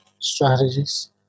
strategies